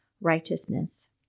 righteousness